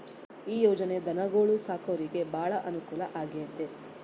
ಈ ಯೊಜನೆ ಧನುಗೊಳು ಸಾಕೊರಿಗೆ ಬಾಳ ಅನುಕೂಲ ಆಗ್ಯತೆ